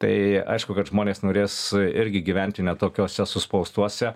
tai aišku kad žmonės norės irgi gyventi ne tokiuose suspaustuose